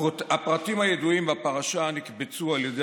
הפרטים הידועים בפרשה נקבצו על ידי